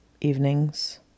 evenings